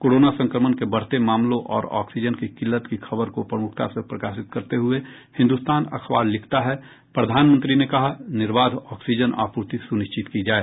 corona संक्रमण के बढ़ते मामलों और ऑक्सीजन की किल्लत की खबर को प्रमुखता से प्रकाशित करते हुये हिन्दुस्तान अखबार लिखता है प्रधानमंत्री ने कहा निर्बाध ऑक्सीजन आपूर्ति सुनिश्चित की जाए